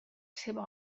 seva